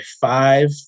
five